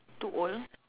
too old